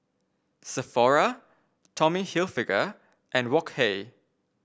Sephora Tommy Hilfiger and Wok Hey